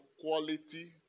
quality